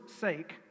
sake